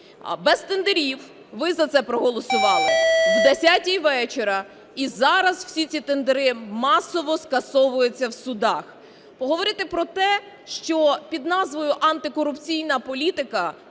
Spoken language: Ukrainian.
без тендерів. Ви за це проголосували о 10 вечора, і зараз всі ці тендери масово скасовуються в судах. Поговорити про те, що під назвою "антикорупційна політика"